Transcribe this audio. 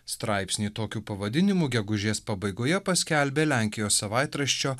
straipsnį tokiu pavadinimu gegužės pabaigoje paskelbė lenkijos savaitraščio